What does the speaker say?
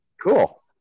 Cool